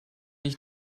ich